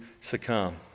succumb